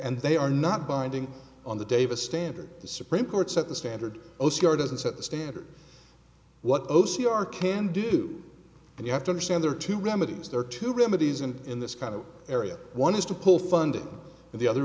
and they are not binding on the davis standard the supreme court set the standard o c r doesn't set the standard what o c r can do and you have to understand there are two remedies there are two remedies and in this kind of area one is to pull funding and the other